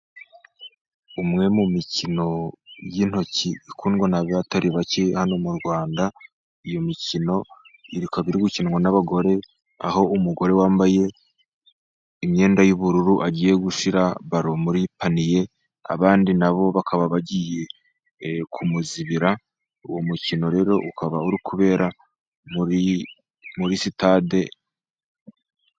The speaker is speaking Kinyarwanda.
Umwe mu mikino y'intoki ikundwa n'abatari bake hano mu Rwanda, iyo mikino ikaba iri gukinwa n'abagore, aho umugore wambaye imyenda y'ubururu, agiye gushyira baro muri paniye, abandi nabo bakaba bagiye kumuzibira, uwo mukino rero ukaba uri kubera muri muri sitade...